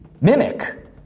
Mimic